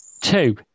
two